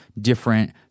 different